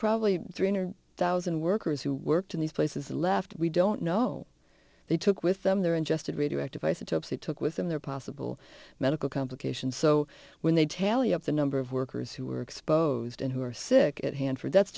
probably three hundred thousand workers who worked in these places left we don't know they took with them their ingested radioactive isotopes it took with them their possible medical complications so when they tally up the number of workers who were exposed and who are sick at hanford that's